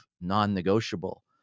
non-negotiable